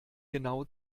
genau